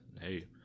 hey